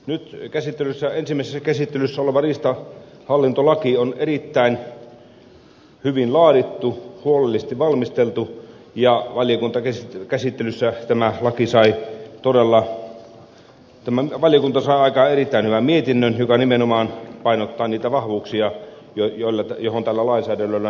nyt ensimmäisessä käsittelyssä oleva riistahallintolaki on erittäin hyvin laadittu huolellisesti valmisteltu ja valiokuntakäsittelyssä valiokunta sai aikaan erittäin hyvän mietinnön joka painottaa niitä vahvuuksia joihin tällä lainsäädännöllä nimenomaan pyritään